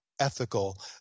ethical